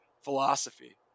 philosophy